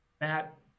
Matt